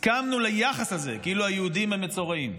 הסכמנו ליחס הזה, כאילו היהודים הם מצורעים.